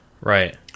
Right